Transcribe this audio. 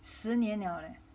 十年 liao leh